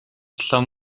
лам